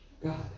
God